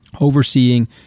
overseeing